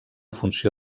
funció